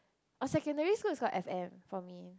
orh secondary school is called F_M for me